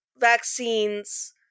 vaccines